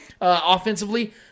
offensively